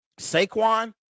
Saquon